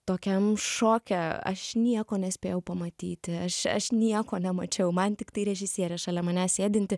tokiam šoke aš nieko nespėjau pamatyti aš aš nieko nemačiau man tiktai režisierė šalia manęs sėdinti